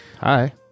Hi